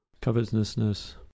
covetousness